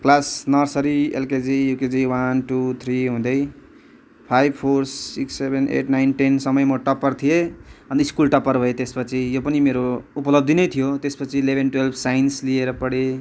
class nursery LKG UKG one two three हुँदै five four six seven eight nine टेनसम्म म topper थिएँ अनि स्कुल टपर भएँ त्यस पछि यो पनि मेरो उपलब्धि नै थियो त्यस पछि इलेभेन टुवेल्भ साइन्स लिएर पढेँ